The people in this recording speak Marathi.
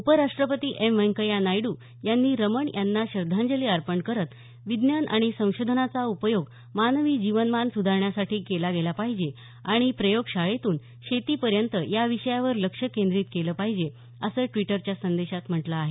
उपराष्ट्रपती एम व्यंकय्या नायडू यांनी रमण यांना श्रद्धांजली अर्पण करत विज्ञान आणि संशोधनाचा उपयोग मानवी जीवनमान सुधारण्यासाठी केला गेला पाहिजे आणि प्रयोगशाळेपासून शेतीपर्यंत या विषयावर लक्ष केंद्रीत केलं पाहिजे असं ट्वीटरच्या संदेशात म्हटलं आहे